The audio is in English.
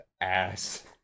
ass